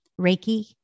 Reiki